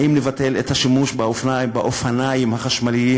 האם לבטל את השימוש באופניים החשמליים,